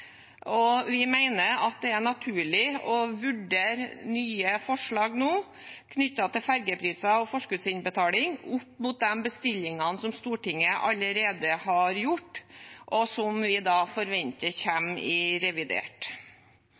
Vi mener det er naturlig å vurdere nye forslag nå knyttet til fergepriser og forskuddsinnbetaling opp mot de bestillingene Stortinget allerede har gjort, og som vi forventer kommer i revidert